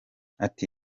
ati